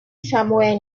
somewhere